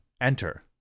enter